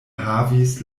havis